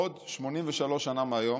בעוד 83 שנה מהיום,